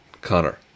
Connor